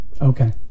Okay